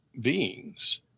beings